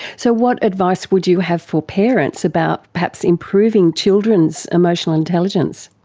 so what advice would you have for parents about perhaps improving children's emotional intelligence?